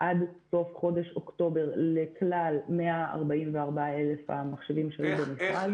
-- עד סוף חודש אוקטובר לכלל 144,000 המחשבים שהיו במכרז,